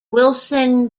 wilson